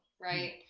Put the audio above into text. Right